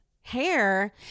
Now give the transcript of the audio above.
hair